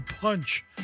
punch